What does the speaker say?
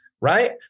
Right